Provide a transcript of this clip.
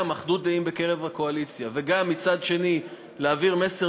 גם אחדות דעים בקרב הקואליציה וגם מצד שני להעביר מסר